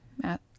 math